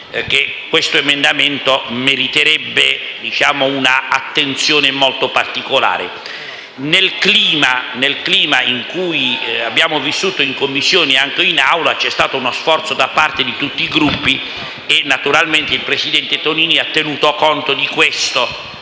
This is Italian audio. questo emendamento meriterebbe un'attenzione molto particolare. Il clima che abbiamo vissuto in Commissione e anche in Aula è stato caratterizzato da uno sforzo da parte di tutti i Gruppi, e naturalmente il presidente Tonini ha tenuto conto di questo